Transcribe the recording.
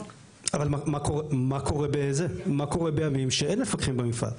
אבל מה קורה בימים שאין מפקחים במפעל?